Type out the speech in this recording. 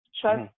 trust